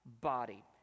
body